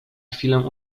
chwilę